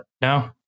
no